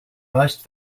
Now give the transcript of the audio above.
most